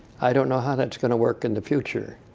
i don't know how that's going to work in the future.